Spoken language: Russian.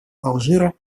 алжира